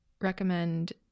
recommend